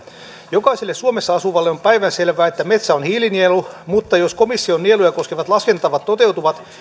jokaiselle suomessa asuvalle on päivänselvää että metsä on hiilinielu mutta jos komission nieluja koskevat laskentatavat toteutuvat